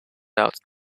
out